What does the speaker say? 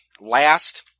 last